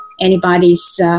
anybody's